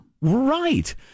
Right